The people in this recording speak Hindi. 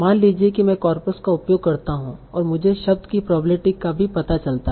मान लीजिए मैं एक कॉर्पस का उपयोग करता हूं और मुझे शब्द की प्रोबेब्लिटी का भी पता चलता है